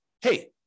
hey